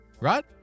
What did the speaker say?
right